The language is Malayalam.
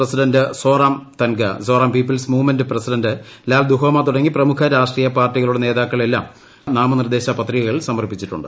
president Zoram Thanga Zoram people's movement president Lal Duhoma തുടങ്ങി പ്രമുഖ രാഷ്ട്രീയ പാർട്ടികളുടെ നേതാക്കളെല്ലാം തന്നെ നാമനിർദ്ദേശ പത്രികകൾ സമർപ്പിച്ചിട്ടുണ്ട്